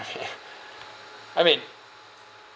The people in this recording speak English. I mean